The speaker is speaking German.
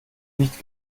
nicht